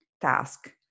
task